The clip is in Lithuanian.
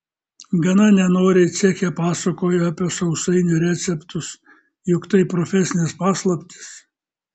gana nenoriai ceche pasakojo apie sausainių receptus juk tai profesinės paslaptys